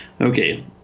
Okay